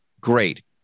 Great